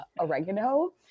oregano